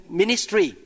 ministry